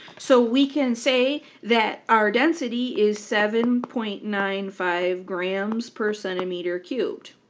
so we can say that our density is seven point nine five grams per centimeter cubed.